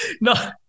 no